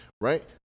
right